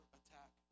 attack